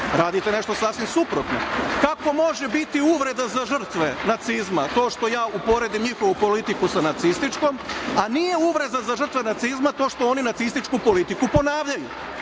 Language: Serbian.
radite nešto sasvim suprotno. Kako može biti uvreda za žrtve nacizma to što ja uporedim njihovu politiku sa nacističkom, a nije uvreda za žrtve nacizma to što oni nacističku politiku ponavljaju?